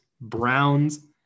Browns